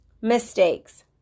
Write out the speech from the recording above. Mistakes